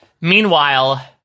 Meanwhile